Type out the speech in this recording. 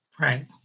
Right